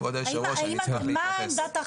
מה עמדת החשב הכללי.